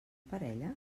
parella